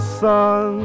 sun